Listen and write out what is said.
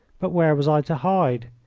but where was i to hide?